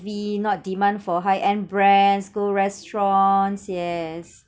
not demand for high end brands go restaurants yes